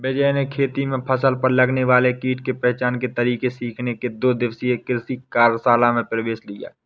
विजय ने खेती में फसल पर लगने वाले कीट के पहचान के तरीके सीखने के लिए दो दिवसीय कृषि कार्यशाला में प्रवेश लिया